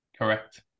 correct